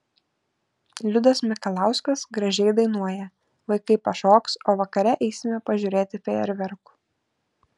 liudas mikalauskas gražiai dainuoja vaikai pašoks o vakare eisime pažiūrėti fejerverkų